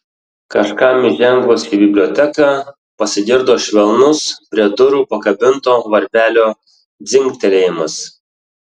kažkam įžengus į biblioteką pasigirdo švelnus prie durų pakabinto varpelio dzingtelėjimas